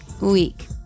week